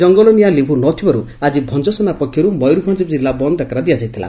ଜଙ୍ଙଲ ନିଆଁ ଲିଭୁ ନ ଥିବାରୁ ଆକି ଭଞ୍ଞସେନା ପକ୍ଷରୁ ମୟରଭଞ୍ଞ ଜିଲ୍ଲା ବନ୍ଦ ଡାକରା ଦିଆଯାଇଥିଲା